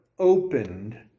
opened